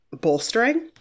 bolstering